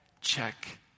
check